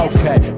Okay